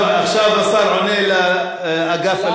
עכשיו השר עונה לאגף הליכוד.